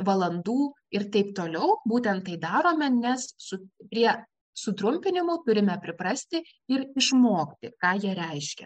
valandų ir taip toliau būtent tai darome nes su prie sutrumpinimų turime priprasti ir išmokti ką jie reiškai